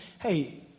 hey